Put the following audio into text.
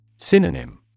Synonym